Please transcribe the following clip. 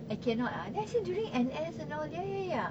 it cannot ah then I say during N_S and all ya ya ya